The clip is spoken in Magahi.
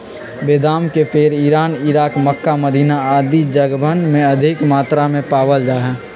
बेदाम के पेड़ इरान, इराक, मक्का, मदीना आदि जगहवन में अधिक मात्रा में पावल जा हई